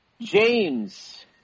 James